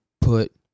put